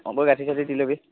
অঁ গৈ গাঁঠি চাঠি দি ল'বি